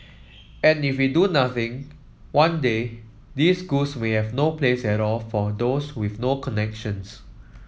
and if we do nothing one day these no place at all for those with no connections